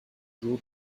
jours